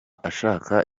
ashaka